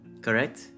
Correct